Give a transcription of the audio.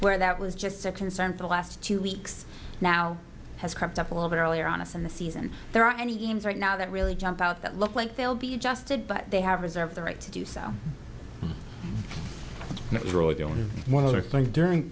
where that was just a concern for the last two weeks now has cropped up a little bit earlier on us in the season there are any games right now that really jump out that look like they'll be adjusted but they have reserved the right to do so not really the only one other thing during